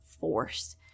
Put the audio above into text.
force